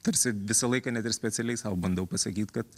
tarsi visą laiką net ir specialiai sau bandau pasakyt kad